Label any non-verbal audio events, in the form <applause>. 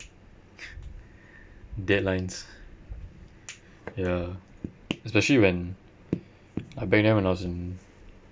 <laughs> deadlines ya especially when uh back then when I was in